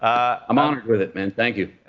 i'm honored with it, man. thank you.